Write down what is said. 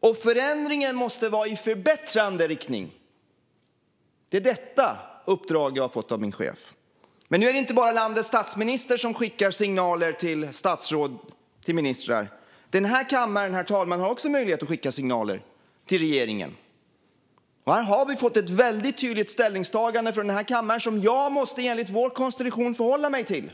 och förändringen måste vara i förbättrande riktning. Det är detta uppdrag jag har fått av min chef. Men nu är det inte bara landets statsminister som skickar signaler till statsråd och ministrar. Den här kammaren har också möjlighet att skicka signaler till regeringen, herr talman. Här har vi fått ett väldigt tydligt ställningstagande från kammaren som jag enligt vår konstitution måste förhålla mig till.